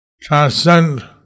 transcend